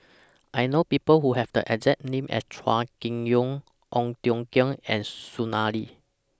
I know People Who Have The exact name as Chua Kim Yeow Ong Tiong Khiam and Soon Ai Ling